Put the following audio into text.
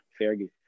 Fergie